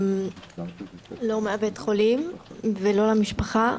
לא מבית החולים ולא מהמשפחה.